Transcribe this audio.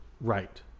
right